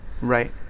Right